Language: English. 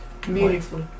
beautiful